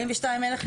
42 אין לכם.